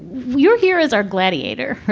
you're here is our gladiator, right?